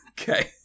Okay